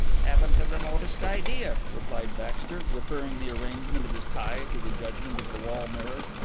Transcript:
haven't the remotest idea, replied baxter, referring the arrangement of his tie to the judgment of the wall mirror.